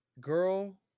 girl